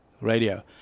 Radio